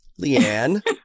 Leanne